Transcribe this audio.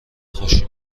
خوشی